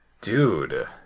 Dude